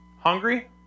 hungry